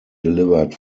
delivered